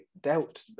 doubt